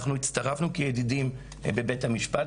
אנחנו הצטרפנו כידידים בבית המשפט.